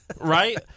Right